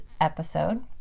episode